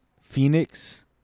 Phoenix